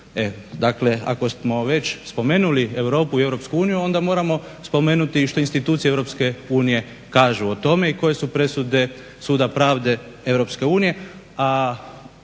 Dakle, ako smo već spomenuli Europu i EU onda moramo spomenuti i što institucije EU kažu o tome i koje su presude Suda pravde EU.